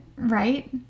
right